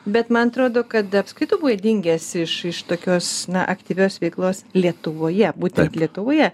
bet man atrodo kad apskritai tu buvo dingęs iš iš tokios na aktyvios veiklos lietuvoje būtent lietuvoje